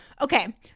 Okay